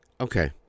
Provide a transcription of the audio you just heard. Okay